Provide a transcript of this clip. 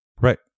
right